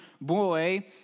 boy